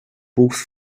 books